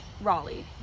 Raleigh